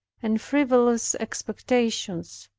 and frivolous expectations.